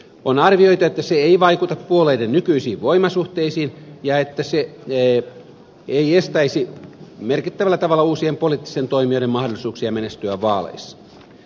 on arvioitu että se ei vaikuta puolueiden nykyisiin voimasuhteisiin ja että se ei estäisi merkittävällä tavalla uusien poliittisten toimijoiden mahdollisuuksia menestyä vaaleissa